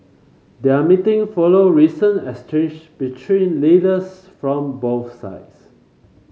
their meeting follow recent exchange between leaders from both sides